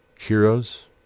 heroes